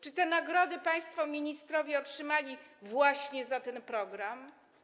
Czy te nagrody państwo ministrowie otrzymali właśnie za ten program?